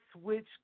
switch